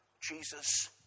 Jesus